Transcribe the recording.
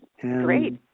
Great